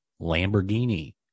Lamborghini